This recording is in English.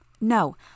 No